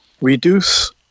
Reduce